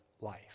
life